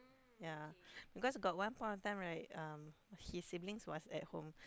ya because got one point of time right um his siblings was at home